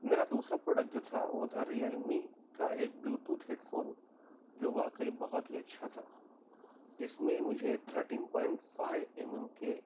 میرا دوسرا پروڈکٹ جو تھا وہ تھا ریئل می کا ایک بلوتوتھ ہیڈ فون جو واقعی بہت ہی اچھا تھا جس میں مجھے thirteen point five M M کے